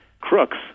crooks